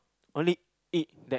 only eat that